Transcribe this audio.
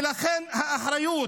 ולכן האחריות